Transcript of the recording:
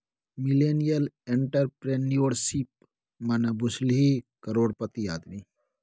millennial entrepreneurship मने बुझली करोड़पति आदमी